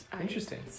Interesting